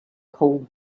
cold